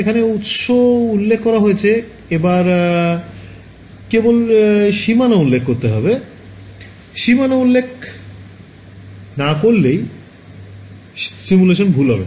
এখানে উৎস উল্লেখ করা হয়েছে এবার কেবল সীমানা উল্লেখ করতে হবে সীমানা উল্লেখ না করলেই সিমুলেশান ভুল হবে